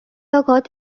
লগত